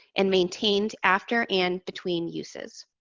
and maintained after and between uses.